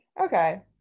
Okay